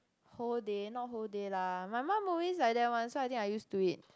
whole day not whole day lah my mum always like that one so I think I used to it